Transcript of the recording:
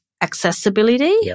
accessibility